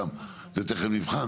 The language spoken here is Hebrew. ואת זה תכף נבחן